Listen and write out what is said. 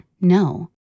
no